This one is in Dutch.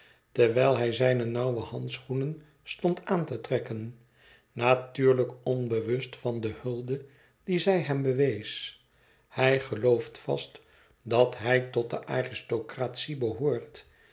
terwijl hij zijne nauwe handschoenen stond aan te trekken natuurlijk onbewust van de hulde die zij hem bewees hij gelooft vast dat hij tot de aristocratie behoort